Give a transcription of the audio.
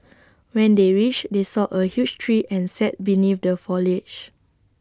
when they reached they saw A huge tree and sat beneath the foliage